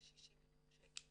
בכ-60 מיליון שקל